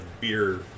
beer